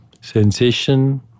Sensation